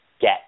get